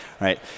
right